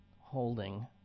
holding